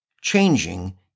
changing